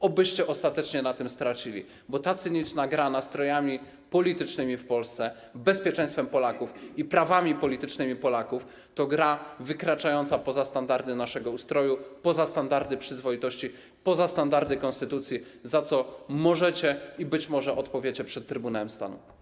Obyście ostatecznie na tym stracili, bo ta cyniczna gra nastrojami politycznymi w Polsce, bezpieczeństwem Polaków i prawami politycznymi Polaków to gra wykraczająca poza standardy naszego ustroju, poza standardy przyzwoitości, poza standardy konstytucji, za co możecie i być może odpowiecie przez Trybunałem Stanu.